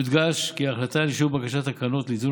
יודגש כי ההחלטה על אישור בקשת הקרנות לאיזון